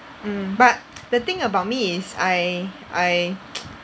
mm but the thing about me is I I